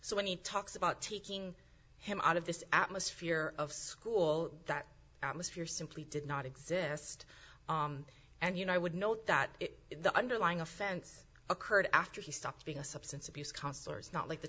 so when he talks about taking him out of this atmosphere of school that atmosphere simply did not exist and you know i would note that the underlying offense occurred after he stopped being a substance abuse counselor it's not like the